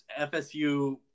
FSU